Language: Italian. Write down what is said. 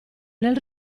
nel